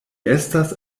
estas